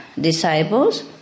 disciples